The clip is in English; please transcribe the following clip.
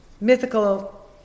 mythical